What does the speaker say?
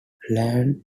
land